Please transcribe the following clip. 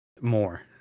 more